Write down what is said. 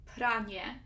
Pranie